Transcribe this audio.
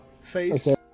face